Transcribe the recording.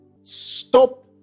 Stop